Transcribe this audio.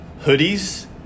hoodies